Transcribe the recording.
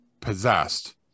possessed